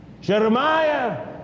Jeremiah